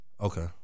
Okay